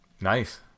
Nice